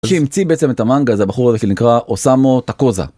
מי שהמציא בעצם את המנגה זה הבחור הזה שנקרא אוסמו טקוזה.